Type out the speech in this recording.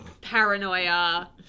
paranoia